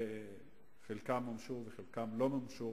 חלקן מומשו וחלקן לא מומשו.